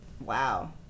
wow